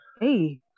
Hey